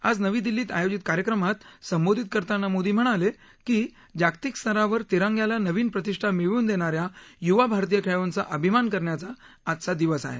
आज नवी दिल्लीत आयोजित कार्यक्रमात संबोधित करताना मोदी म्हणाले की जागतिक स्तरावर तिरंग्याला नवीन प्रतिष्ठा मिळवून देणा या य्वा भारतीय खेळाडूंचा अभिमान करण्याचा आजचा दिवस आहे